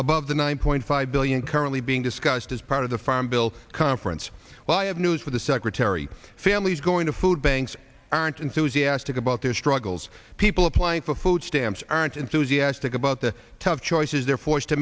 above the one point five billion currently being discussed as part of the farm bill conference well i have news for the secretary family's going to food banks aren't enthusiastic about their struggles people applying for food stamps aren't enthusiastic about the tough choices they're forced to